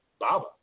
Baba